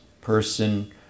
person